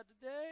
today